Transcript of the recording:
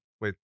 wait